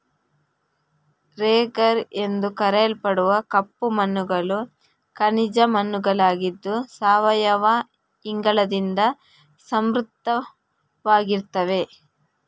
ರೆಗರ್ ಎಂದು ಕರೆಯಲ್ಪಡುವ ಕಪ್ಪು ಮಣ್ಣುಗಳು ಖನಿಜ ಮಣ್ಣುಗಳಾಗಿದ್ದು ಸಾವಯವ ಇಂಗಾಲದಿಂದ ಸಮೃದ್ಧವಾಗಿರ್ತವೆ